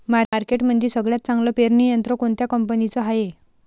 मार्केटमंदी सगळ्यात चांगलं पेरणी यंत्र कोनत्या कंपनीचं हाये?